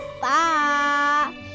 Bye